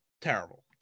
terrible